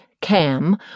CAM